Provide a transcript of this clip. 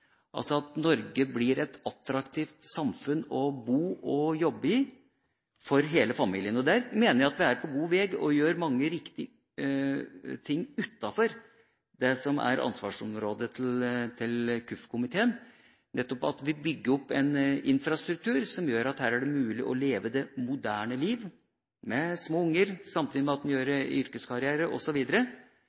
altså at Norge blir et attraktivt samfunn å bo og jobbe i for hele familien. Der mener jeg vi er på god vei og gjør mange riktige ting utenfor det som er ansvarsområdet til kirke-, utdannings- og forskningskomiteen, nettopp at vi bygger opp en infrastruktur som gjør at her er det mulig å leve det moderne liv med små unger, og samtidig ha en yrkeskarriere,